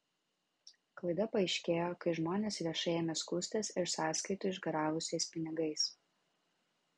klaida paaiškėjo kai žmonės viešai ėmė skųstis iš sąskaitų išgaravusiais pinigais